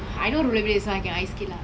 ya it's easier I guess cause it's like one line